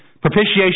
propitiation